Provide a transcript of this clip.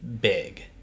big